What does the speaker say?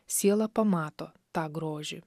siela pamato tą grožį